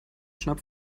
schnapp